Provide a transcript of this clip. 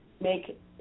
make